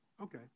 okay